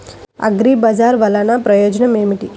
అగ్రిబజార్ వల్లన ప్రయోజనం ఏమిటీ?